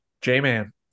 J-Man